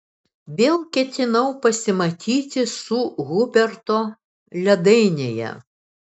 vėl ketinau pasimatyti su hubertu ledainėje